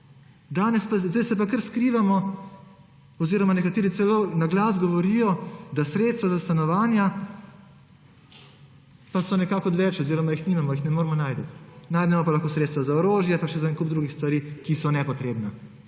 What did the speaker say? zdaj se pa kar skrivamo oziroma nekateri celo na glas govorijo, da so pa sredstva za stanovanja nekako odveč oziroma jih nimamo, jih ne moremo najti. Najdemo pa lahko sredstva za orožje pa še za en kup drugih stvari, ki so nepotrebne,